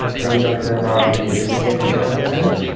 we don't care about the second argument.